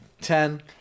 Ten